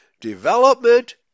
development